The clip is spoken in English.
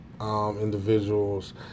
individuals